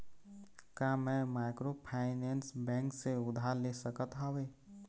का मैं microfinance bank से उधार ले सकत हावे?